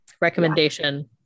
recommendation